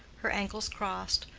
her ankles crossed,